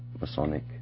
Masonic